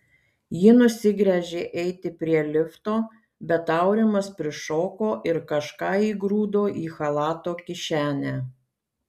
ji nusigręžė eiti prie lifto bet aurimas prišoko ir kažką įgrūdo į chalato kišenę